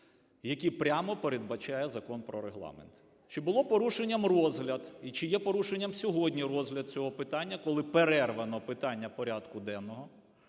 які прямо передбачає Закон про Регламент. Чи було порушенням розгляд і чи є порушенням сьогодні розгляд цього питання, коли перервано питання порядку денного,